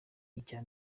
icya